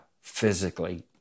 physically